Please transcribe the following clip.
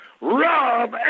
Rob